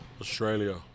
Australia